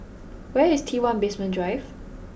where is T One Basement Drive